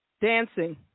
Dancing